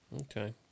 Okay